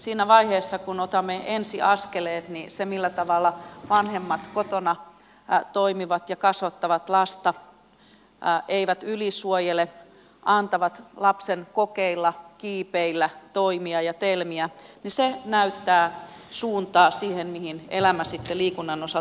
siinä vaiheessa kun otetaan ensi askeleet se millä tavalla vanhemmat kotona toimivat ja kasvattavat lasta eivät ylisuojele antavat lapsen kokeilla kiipeillä toimia ja telmiä näyttää suuntaa siihen mihin elämä sitten liikunnankin osalta vie